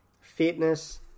Fitness